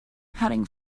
heading